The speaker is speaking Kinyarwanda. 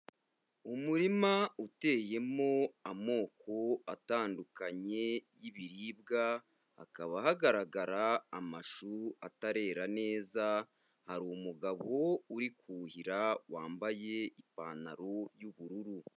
Umurima uteyemo amoko atandukanye y'ibiribwa, hakaba hagaragara amashu atarera neza, hari umugabo uri kuhira wambaye ipantaro y'ubururu.